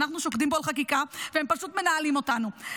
אנחנו שוקדים פה על חקיקה והם פשוט מנהלים אותנו.